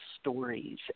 stories